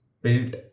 built